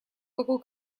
такой